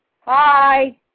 Hi